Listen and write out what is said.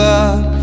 up